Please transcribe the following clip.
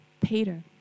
Peter